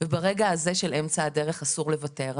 וברגע הזה של אמצע הדרך אסור לוותר.